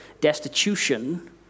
destitution